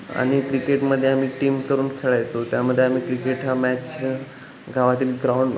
आणि क्रिकेटमध्ये आम्ही टीम करून खेळायचो त्यामध्ये आम्ही क्रिकेट हा मॅच गावातील ग्राउंड